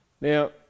Now